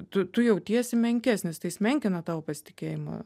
tu tu jautiesi menkesnis tai jis menkina tavo pasitikėjimą